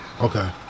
Okay